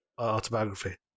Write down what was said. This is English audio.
autobiography